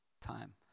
Time